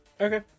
Okay